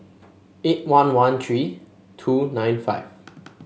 eight one one three two nine five